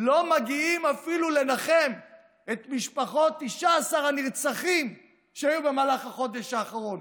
לא מגיעים אפילו לנחם את משפחות 19 נרצחים שהיו במהלך החודש האחרון,